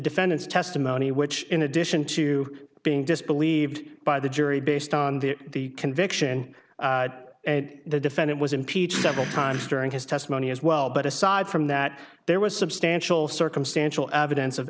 defendant's testimony which in addition to being disbelieved by the jury based on the conviction and the defendant was impeached several times during his testimony as well but aside from that there was substantial circumstantial evidence of